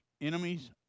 enemies